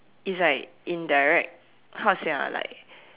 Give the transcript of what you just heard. it's like indirect how to say ah like